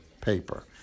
paper